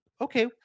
Okay